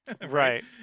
Right